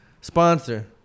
Sponsor